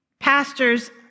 pastors